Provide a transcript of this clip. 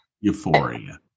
Euphoria